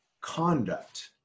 conduct